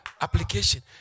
application